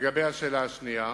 2. לגבי השאלה השנייה,